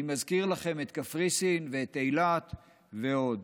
אני מזכיר לכם את קפריסין ואת אילת ועוד.